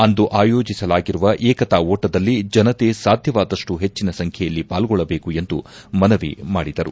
ಅಂದು ಆಯೋಜಿಸಲಾಗಿರುವ ಏಕತಾ ಓಟದಲ್ಲಿ ಜನತೆ ಸಾಧ್ಯವಾದಪ್ಲು ಹೆಚ್ಚಿನ ಸಂಖ್ಯೆಯಲ್ಲಿ ಪಾಲ್ಗೊಳ್ಳಬೇಕು ಎಂದು ಮನವಿ ಮಾಡಿದರು